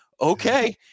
okay